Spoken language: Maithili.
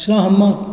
सहमत